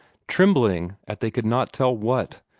trembling at they could not tell what,